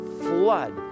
flood